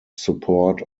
support